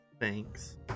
Thanks